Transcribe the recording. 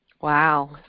Wow